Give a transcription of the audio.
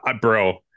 bro